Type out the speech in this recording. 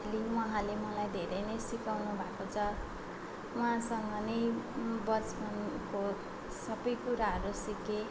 अनि उहाँले मलाई धेरै नै सिकाउनु भएको छ उहाँसँग नै बचपनको सबै कुराहरू सिकेँ